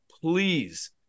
please